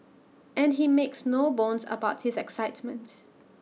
and he makes no bones about his excitements